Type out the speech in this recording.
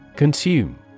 Consume